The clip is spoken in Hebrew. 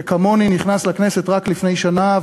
שכמוני נכנס לכנסת רק לפני שנה,